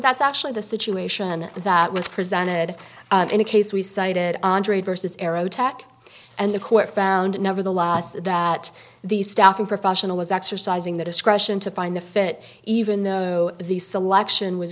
that's actually the situation that was presented in a case we cited andre versus aerotech and the court found nevertheless that the staffing professional was exercising the discretion to find the fit even though the selection was